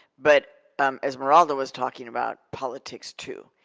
but esmeralda was talking about politics too.